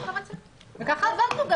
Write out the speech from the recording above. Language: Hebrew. ככה גם דובר.